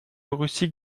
russie